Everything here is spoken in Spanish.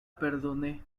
perdoné